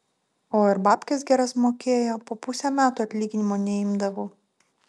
o ir babkes geras mokėjo po pusę metų atlyginimo neimdavau